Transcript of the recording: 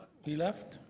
he left?